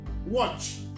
Watch